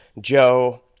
Joe